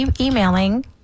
emailing